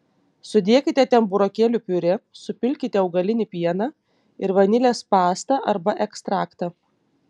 sudėkite ten burokėlių piurė supilkite augalinį pieną ir vanilės pastą arba ekstraktą